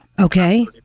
Okay